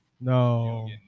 No